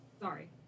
Sorry